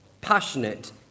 passionate